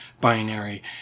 Binary